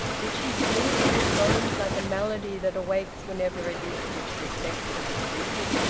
did she sleep in his bones like a malady that awakes whenever it is disrespectfully treated?